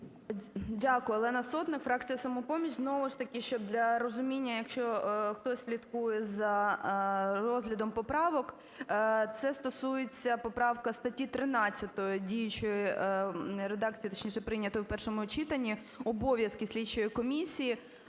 Дякую. Олена Сотник, фракція "Самопоміч". Знову ж таки, що для розуміння, якщо хтось слідкує за розглядом поправок, це стосується, поправка, статті 13 діючої редакції, точніше, прийнятої в першому читанні, обов'язки слідчої комісії.